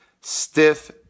stiff